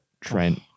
Trent